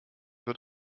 wird